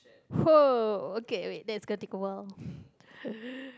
!woah! okay wait that's gonna take a while